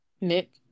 Nick